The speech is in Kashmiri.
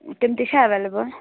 تِم تہِ چھا ایٚویلیبُل